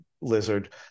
lizard